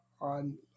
on